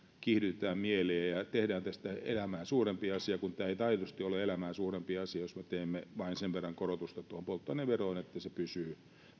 mieliä ja tehdään tästä elämää suurempi asia kun tämä ei nyt aidosti ole elämää suurempi asia jos me teemme vain sen verran korotusta tuohon polttoaineveroon että se pysyy